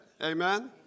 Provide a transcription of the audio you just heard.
amen